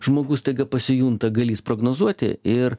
žmogus staiga pasijunta galįs prognozuoti ir